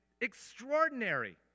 extraordinary